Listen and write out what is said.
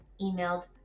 emailed